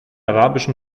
arabischen